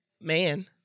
man